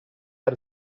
had